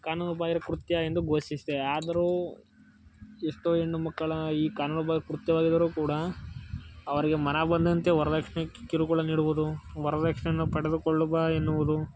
ಕಾನೂನು ಬಾಹಿರ ಕೃತ್ಯ ಎಂದು ಘೋಷಿಸಿದೆ ಆದರೂ ಎಷ್ಟೋ ಹೆಣ್ಣು ಮಕ್ಕಳ ಈ ಕಾನೂನು ಬಾಹಿರ ಕೃತ್ಯವಾಗಿದ್ದರೂ ಕೂಡ ಅವರಿಗೆ ಮನ ಬಂದಂತೆ ವರ್ದಕ್ಷಿಣೆ ಕಿರುಕುಳ ನೀಡುವುದು ವರ್ದಕ್ಷಿಣೆನ ಪಡೆದುಕೊಳ್ಳು ಬಾ ಎನ್ನುವುದು